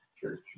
church